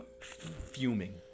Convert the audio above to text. fuming